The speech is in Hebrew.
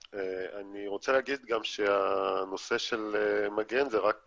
ואני רוצה להגיד גם שהנושא של המגן זה רק